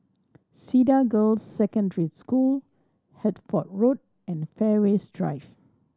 Cedar Girls' Secondary School Hertford Road and Fairways Drive